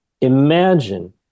Imagine